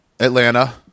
Atlanta